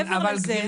מעבר לזה.